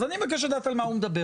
אז אני מבקש לדעת על מה הוא מדבר.